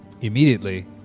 Immediately